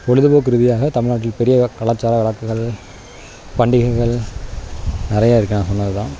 பொழுதுப்போக்கு ரீதியாக தமிழ்நாட்டில் பெரிய கலாச்சார வழக்குகள் பண்டிகைகள் நிறையா இருக்குது நான் சொன்னது தான்